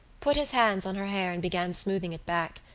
put his hands on her hair and began smoothing it back,